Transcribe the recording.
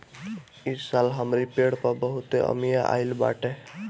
इस साल हमरी पेड़ पर बहुते अमिया आइल बाटे